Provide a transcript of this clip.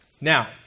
Now